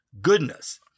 goodness